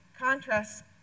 Contrast